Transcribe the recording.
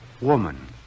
Woman